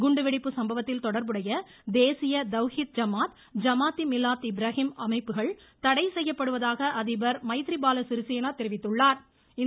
குண்டுவெடிப்பு சம்பவத்தில் தொடர்புடைய தேசிய தவ்ஹீத் ஜமாத் ஜமாத்தி மிலாத்து இப்ராஹிம் அமைப்புகள் தடை செய்யப்படுவதாக அதிப் மைத்ரி பால சிறிசேனா தெரிவித்துள்ளாா்